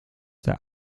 der